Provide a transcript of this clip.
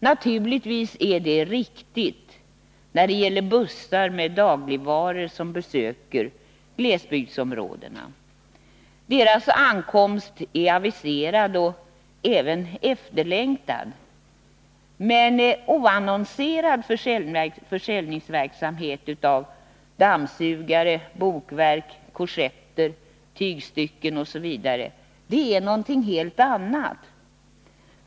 Naturligtvis är det riktigt när det gäller bussar med dagligvaror som besöker glesbygdsområden. Deras ankomst är aviserad och även efterlängtad, men oannonserad försäljning av dammsugare, bokverk, korsetter, tygstycken osv. är något annat.